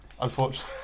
unfortunately